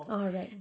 oh right